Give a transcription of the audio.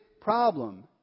problem